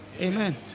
Amen